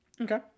Okay